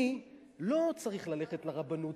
אני לא צריך ללכת לרבנות,